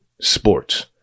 Sports